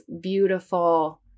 beautiful